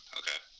okay